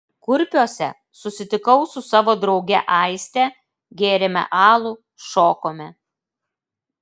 kurpiuose susitikau su savo drauge aiste gėrėme alų šokome